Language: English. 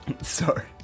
sorry